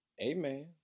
Amen